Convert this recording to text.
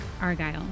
Argyle